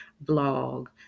blog